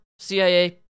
CIA